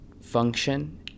function